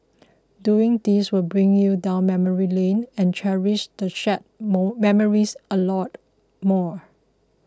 doing this will bring you down memory lane and cherish the shared more memories a lot more